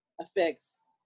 affects